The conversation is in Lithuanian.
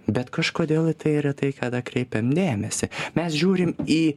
bet kažkodėl į tai retai kada kreipiam dėmesį mes žiūrim į